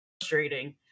Frustrating